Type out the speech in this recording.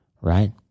right